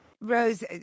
Rose